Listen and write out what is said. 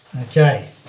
Okay